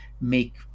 make